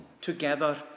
together